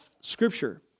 Scripture